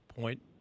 point